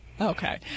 Okay